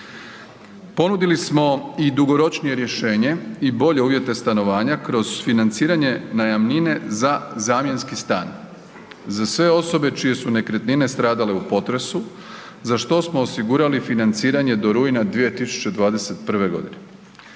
Ponudili smo i dugoročnije rješenje i bolje uvjete stanovanja kroz financiranje najamnine za zamjenski stan za sve osobe čije su nekretnine stradale u potresu, za što smo osigurali financiranje do rujna 2021. godine.